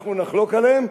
ואנחנו נחלוק עליהם?